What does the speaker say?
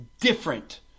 different